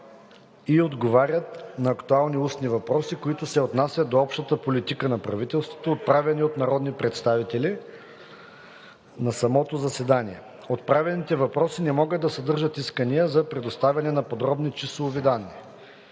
и отговарят на актуални устни въпроси, които се отнасят до общата политика на правителството, отправени от народни представители на самото заседание. Отправените въпроси не могат да съдържат искания за предоставяне на подробни числови данни.